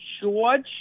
George